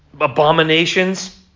abominations